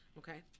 okay